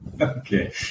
Okay